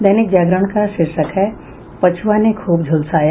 दैनिक जागरण का शीर्षक है पछुआ ने खुब झुलसाया